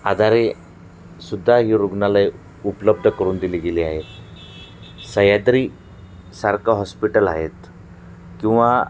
आधारे सुद्धा ही रुग्णालयं उपलब्ध करून दिली गेली आहे सह्याद्री सारखं हॉस्पिटल आहेत किंवा